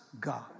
God